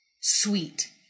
sweet